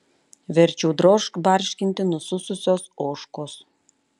verčiau drožk barškinti nusususios ožkos